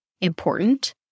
important